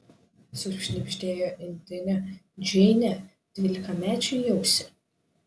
sušnibždėjo indėnė džeinė dvylikamečiui į ausį